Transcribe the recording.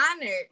honored